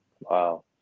Wow